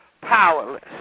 powerless